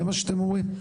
זה מה שאתם אומרים?